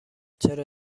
چرا